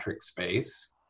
space